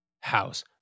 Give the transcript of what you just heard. house